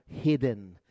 hidden